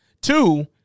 Two